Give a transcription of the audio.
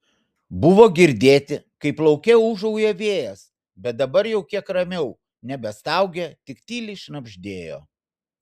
buvo girdėti kaip lauke ūžauja vėjas bet dabar jau kiek ramiau nebestaugė tik tyliai šnabždėjo